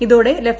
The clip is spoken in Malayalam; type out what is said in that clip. ഇതോടെ ലഫ്